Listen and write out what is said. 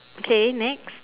okay next